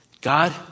God